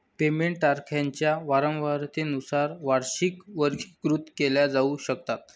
payment तारखांच्या वारंवारतेनुसार वार्षिकी वर्गीकृत केल्या जाऊ शकतात